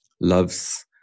love's